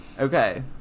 okay